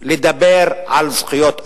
לדבר על זכויות אדם,